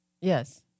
Yes